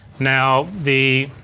now the,